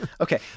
okay